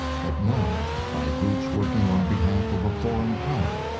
but now by groups working on behalf of a foreign power,